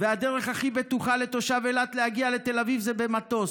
והדרך הכי בטוחה לתושב אילת להגיע לתל אביב זה במטוס.